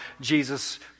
Jesus